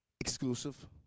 exclusive